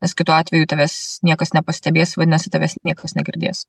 nes kitu atveju tavęs niekas nepastebės vadinasi tavęs niekas negirdės